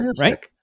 right